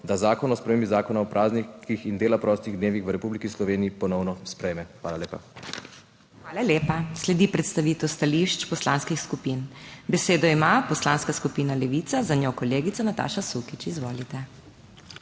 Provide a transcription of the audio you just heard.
da Zakon o spremembi Zakona o praznikih in dela prostih dnevih v Republiki Sloveniji ponovno sprejme. Hvala lepa. **PODPREDSEDNICA MAG. MEIRA HOT:** Hvala lepa. Sledi predstavitev stališč poslanskih skupin. Besedo ima Poslanska skupina Levica, zanjo kolegica Nataša Sukič. Izvolite.